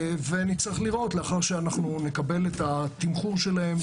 ולאחר שנקבל את התמחור שלהם,